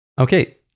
Okay